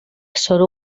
zoru